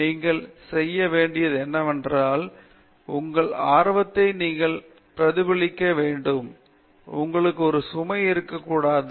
நீங்கள் செய்ய வேண்டியது என்னவென்றால் உங்கள் ஆர்வத்தை நீங்கள் பிரதிபலிக்க வேண்டும் உங்களுக்காக ஒரு சுமை இருக்கக்கூடாது